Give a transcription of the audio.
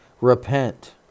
Repent